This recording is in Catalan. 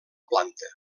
planta